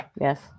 Yes